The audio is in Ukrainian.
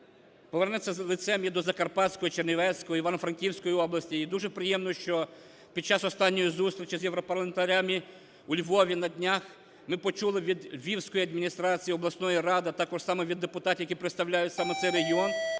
повернеться лицем і до Закарпатської, Чернівецької, Івано-Франківської областей. І дуже приємно, що під час останньої зустрічі з європарламентарями у Львові на днях ми почули від Львівської адміністрації, обласної ради, також само від депутатів, які представляють саме цей регіон,